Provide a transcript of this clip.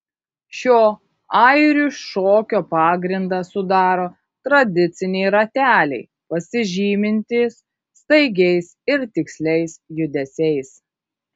šio airių šokio pagrindą sudaro tradiciniai rateliai pasižymintys staigiais ir tiksliais judesiais